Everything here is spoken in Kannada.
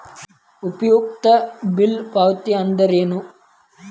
ಉಪಯುಕ್ತತೆ ಬಿಲ್ ಪಾವತಿ ಅಂದ್ರೇನು?